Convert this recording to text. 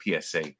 PSA